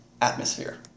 atmosphere